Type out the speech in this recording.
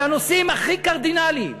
על הנושאים הכי קרדינליים,